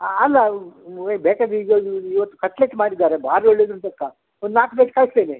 ಅಲ್ಲ ಬೇಕಾದ್ರೆ ಈಗ ಇವತ್ತು ಕಟ್ಲೆಟ್ ಮಾಡಿದ್ದಾರೆ ಭಾರೀ ಒಳ್ಳೆದುಂಟು ಅಕ್ಕ ಒಂದು ನಾಲ್ಕು ಬೇಕಾ ಕಳಿಸ್ತೇನೆ